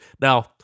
Now